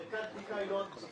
--- ערכת בדיקה היא לא רק בדיקה,